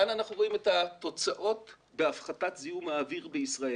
כאן אנחנו רואים את התוצאות בהפחתת זיהום האוויר בישראל.